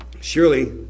surely